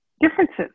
differences